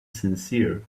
sincere